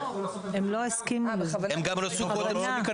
הם לא הסכימו בכוונה,